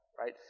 right